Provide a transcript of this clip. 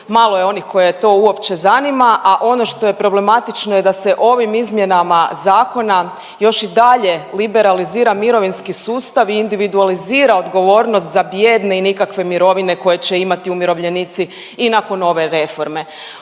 malo je onih koje to uopće zanima, a ono što je problematično je da se ovim izmjenama zakona još i dalje liberalizira mirovinski sustav i individualizira odgovornost za bijedne i nikakve mirovine koje će imati umirovljenici i nakon ove reforme.